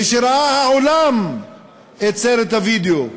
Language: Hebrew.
וראה העולם את סרט הווידיאו,